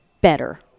better